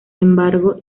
embargo